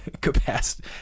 capacity